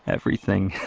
everything